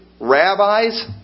rabbis